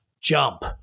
jump